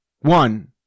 one